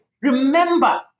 Remember